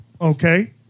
okay